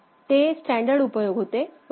ते स्टॅंडर्ड उपयोग होते बरोबर